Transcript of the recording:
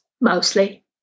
mostly